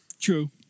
True